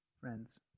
Friends